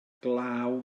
glaw